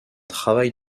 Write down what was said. travail